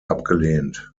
abgelehnt